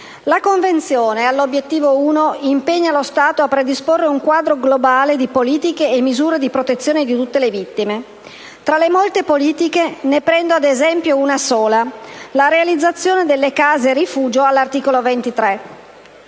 La Convenzione, nell'articolo 1, impegna lo Stato a predisporre un quadro globale di politiche e misure di protezione di tutte le vittime. Tra le molte politiche ne prendo ad esempio una sola, la realizzazione delle case rifugio prevista dall'articolo 23: